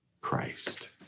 Christ